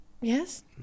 Yes